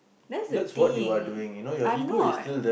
that's the thing I'm not